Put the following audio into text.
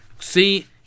See